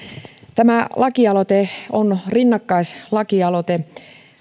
tämä lakialoite on rinnakkaislakialoite